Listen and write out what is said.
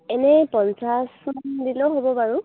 এনেই পঞ্চাছমান দিলেও হ'ব বাৰু